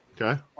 Okay